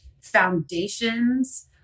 foundations